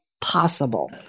possible